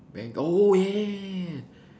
bang oh yeah